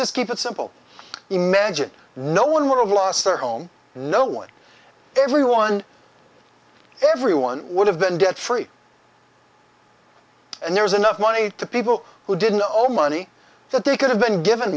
just keep it simple imagine no one would have lost their home no one everyone everyone would have been debt free and there was enough money to people who didn't owe money that they could have been given